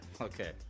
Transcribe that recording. Okay